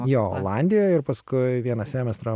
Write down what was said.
jo olandijoj ir paskui vieną semestrą